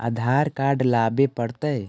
आधार card लाबे पड़तै?